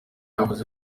yavuze